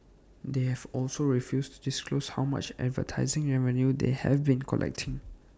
they have also refused to disclose how much advertising revenue they have been collecting